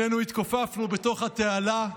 שנינו התכופפנו בתוך התעלה,